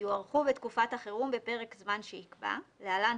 יוארכו בתקופת החירום בפרק זמן שיקבע (להלן,